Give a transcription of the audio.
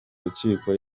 rukiko